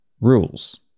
rules